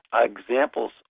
examples